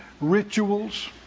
rituals